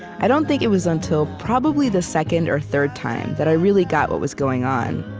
i don't think it was until probably the second or third time that i really got what was going on.